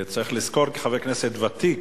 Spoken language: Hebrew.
אתה צריך לזכור, כחבר כנסת ותיק,